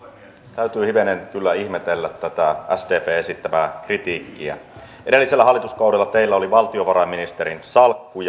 täytyy hivenen kyllä ihmetellä tätä sdpn esittämää kritiikkiä edellisellä hallituskaudella teillä oli valtiovarainministerin salkku